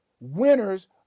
Winners